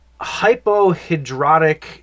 hypohydrotic